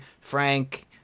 Frank